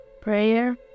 Prayer